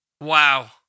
wow